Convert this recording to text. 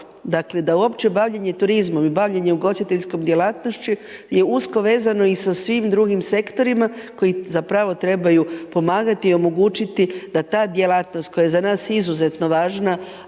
Dakle, da uopće bavljenje turizmom i bavljenje ugostiteljskom djelatnošću je usko vezano i sa svim drugim sektorima koji zapravo trebaju pomagati i omogućiti da ta djelatnost, koja je za nas izuzetno važna,